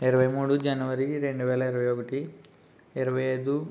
ఇరవై మూడు జనవరి రెండు వేల ఇరవై ఒకటి ఇరవై ఐదు